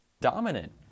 dominant